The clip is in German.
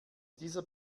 dieser